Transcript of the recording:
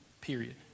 Period